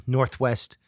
Northwest